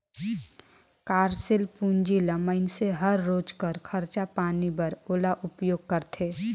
कारसील पूंजी ल मइनसे हर रोज कर खरचा पानी बर ओला उपयोग करथे